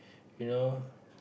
you know